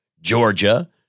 Georgia